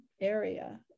area